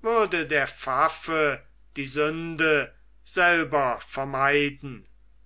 würde der pfaffe die sünde selber vermeiden